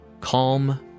calm